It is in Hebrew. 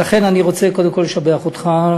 ולכן אני רוצה קודם כול לשבח אותך,